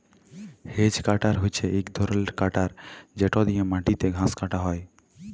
hedge cutter হছে ইক ধরলের কাটার যেট দিঁয়ে মাটিতে ঘাঁস কাটা হ্যয়